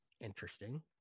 interesting